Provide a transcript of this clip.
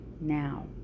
now